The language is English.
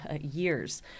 years